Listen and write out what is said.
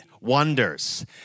Wonders